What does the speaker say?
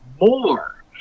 more